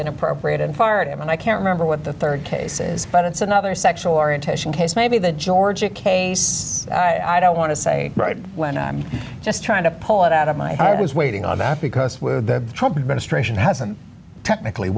inappropriate and fired him and i can't remember what the rd case is but it's another sexual orientation case maybe the georgia case i don't want to say right when i'm just trying to pull it out of my i was waiting on that because t